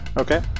Okay